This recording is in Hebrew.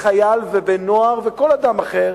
חייל ובן-נוער וכל אדם אחר,